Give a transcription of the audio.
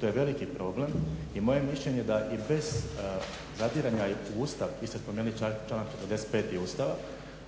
To je veliki problem i moje je mišljenje da i bez zadiranja u Ustav, vi ste spomenuli članak 45. Ustava,